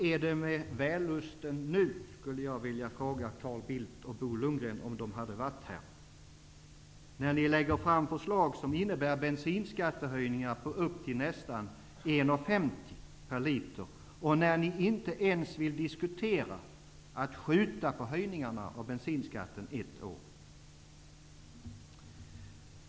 Jag skulle vilja fråga Carl Bildt och Bo Lundgren, om de nu hade varit här: Hur är det med vällusten nu, när ni lägger fram förslag som innebär bensinskattehöjningar på upp emot nästan 1:50 per liter? Ni vill ju inte ens diskutera att uppskjuta bensinskattehöjningarna ett år.